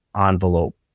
envelope